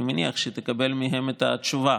אני מניח שתקבל מהם את התשובה.